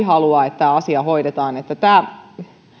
haluavat että tämä asia hoidetaan tämä